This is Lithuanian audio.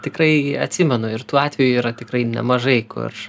tikrai atsimenu ir tų atvejų yra tikrai nemažai kur